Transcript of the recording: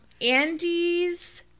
Andy's